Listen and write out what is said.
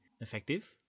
effective